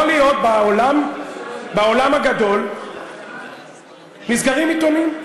יכול להיות, בעולם הגדול נסגרים עיתונים,